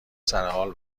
سرحال